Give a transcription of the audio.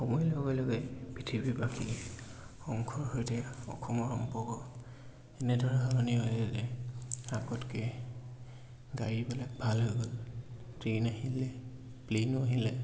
সময়ৰ লগে লগে পৃথিৱীৰ বাকী অংশৰ সৈতে অসমৰ সম্পৰ্ক এনেধৰণৰ সলনি হৈছে যে আগতকে গাড়ীবিলাক ভাল হৈ গ'ল ট্ৰেইন আহিলে প্লেনো আহিলে